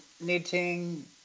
knitting